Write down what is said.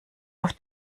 auf